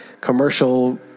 commercial